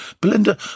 Belinda